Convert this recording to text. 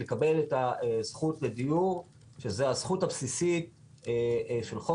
לקבל את הזכות לדיור שזה הזכות הבסיסית של חוק